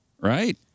right